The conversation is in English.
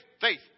faith